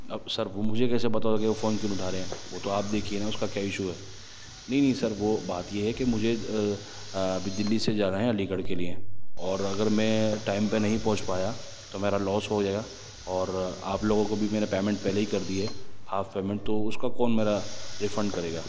اب سر وہ مجھے کیسے پتا ہوگا کہ وہ فون کیوں نہیں اٹھا رہے ہیں وہ تو آپ دیکھیے نہ اس کا کیا اشو ہے نہیں نہیں سر وہ بات یہ ہے کہ مجھے دہلی سے جانا ہے علی گڑھ کے لیے اور اگر میں ٹائم پہ نہیں پہنچ پایا تو میرا لاس ہو جائے گا اور آپ لوگوں کو بھی میں نے پیمنٹ پہلے ہی کر دی ہے ہاف پیمنٹ تو اس کا کون میرا ریفنڈ کرے گا